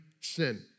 sin